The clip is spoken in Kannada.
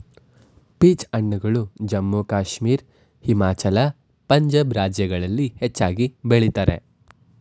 ಪೀಚ್ ಹಣ್ಣುಗಳು ಜಮ್ಮು ಕಾಶ್ಮೀರ, ಹಿಮಾಚಲ, ಪಂಜಾಬ್ ರಾಜ್ಯಗಳಲ್ಲಿ ಹೆಚ್ಚಾಗಿ ಬೆಳಿತರೆ